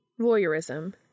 voyeurism